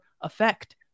effect